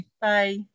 Bye